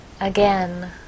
again